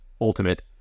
ultimate